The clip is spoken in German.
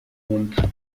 mund